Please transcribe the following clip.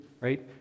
right